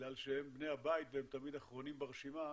בגלל שהם בני הבית והם תמיד אחרונים ברשימה,